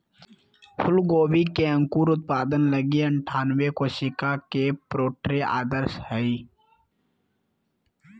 फूलगोभी के अंकुर उत्पादन लगी अनठानबे कोशिका के प्रोट्रे आदर्श हइ